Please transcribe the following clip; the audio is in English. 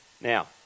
Now